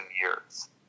years